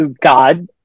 God